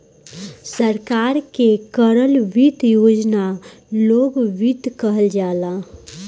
सरकार के करल वित्त योजना लोक वित्त कहल जाला